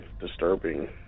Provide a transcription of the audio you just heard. disturbing